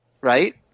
right